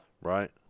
right